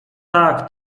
tak